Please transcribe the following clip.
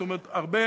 זאת אומרת, הרבה